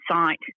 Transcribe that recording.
site